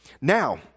Now